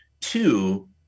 Two